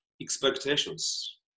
expectations